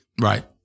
Right